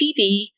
TV